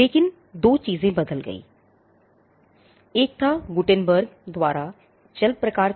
लेकिन दो चीजें बदल गईं यह एक था गुटेनबर्ग